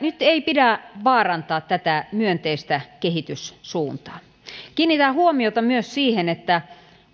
nyt ei pidä vaarantaa tätä myönteistä kehityssuuntaa kiinnitän huomiota myös siihen että